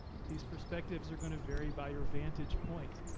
these perspectives are going to vary by your vantage point.